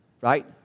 right